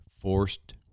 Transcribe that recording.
forced